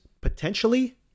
potentially